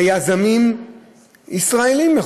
ליזמים ישראלים.